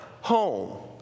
home